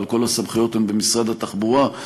אבל כל הסמכויות הן במשרד התחבורה,